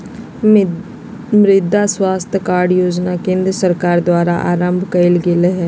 मृदा स्वास्थ कार्ड योजना के केंद्र सरकार द्वारा आरंभ कइल गेल हइ